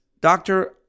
doctor